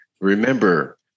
Remember